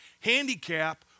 handicap